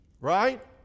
right